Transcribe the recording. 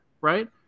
right